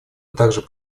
также